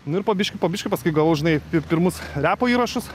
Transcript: nu ir po biškį po biškį paskui gavau žinai ir pirmus repo įrašus